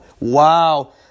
Wow